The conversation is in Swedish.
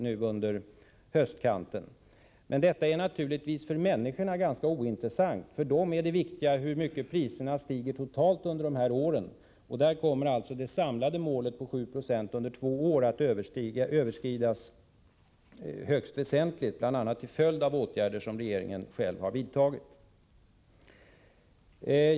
Men för människorna är detta naturligtvis ganska ointressant. För dem är det viktiga hur mycket priserna ökar totalt under de här åren. Man kan då konstatera att det samlade målet på 7 26 under två år kommer att överskridas högst väsentligt, bl.a. till följd av åtgärder som regeringen själv har vidtagit.